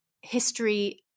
history